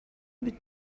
эбит